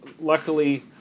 luckily